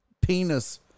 penis